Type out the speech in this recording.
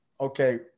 Okay